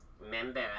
Remember